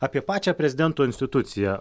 apie pačią prezidento instituciją